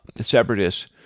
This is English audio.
separatists